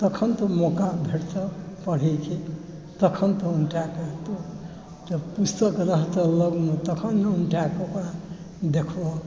तखन तऽ मौका भेटतऽ पढ़ैके तखन तोँ उनटाए कऽ तऽ जँ पुस्तक रहतऽ लगमे तखन ने उनटाए कऽ ओकरा देखबहक